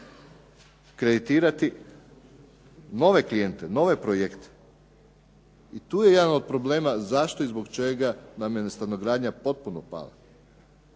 kreditirati nove klijente, nove projekte i tu jedan od problema zašto i zbog čega nam je stanogradnja potpuno pala.